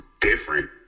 different